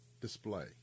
display